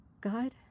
God